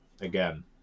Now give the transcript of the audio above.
again